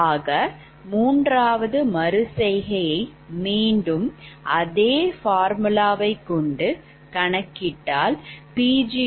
ஆக மூன்றாவது மறு செய்கையை மீண்டும் அதே பார்முலாவை கொண்டு கணக்கிட்டால் Pg1109